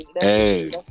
Hey